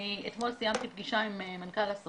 אני אתמול קיימתי פגישה עם מנכ"ל הסוכנות.